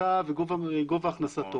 הכנסותיו וגובה הכנסתו